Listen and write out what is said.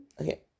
Okay